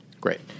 Great